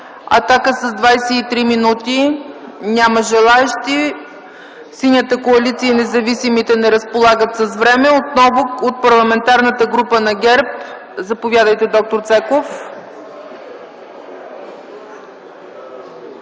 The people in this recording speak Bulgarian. „Атака” с 23 мин. – няма желаещи. Синята коалиция и Независимите не разполагат с време. Отново – от Парламентарната група на ГЕРБ? Заповядайте, д-р Цеков.